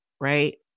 right